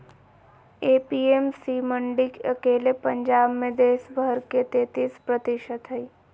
APMC मंडी अकेले पंजाब मे देश भर के तेतीस प्रतिशत हई